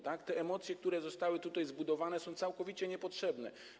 Te emocje, które zostały tutaj zbudowane, są całkowicie niepotrzebne.